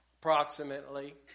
approximately